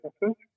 businesses